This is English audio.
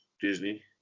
Disney